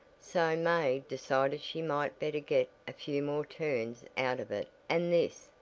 so may decided she might better get a few more turns out of it and this,